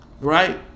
Right